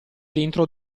dentro